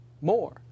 More